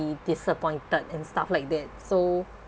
be disappointed and stuff like that so